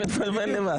מי בעד הרוויזיה?